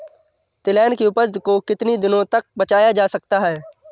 तिलहन की उपज को कितनी दिनों तक बचाया जा सकता है?